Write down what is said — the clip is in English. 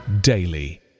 daily